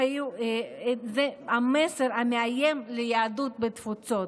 זה המסר המאיים ליהדות בתפוצות.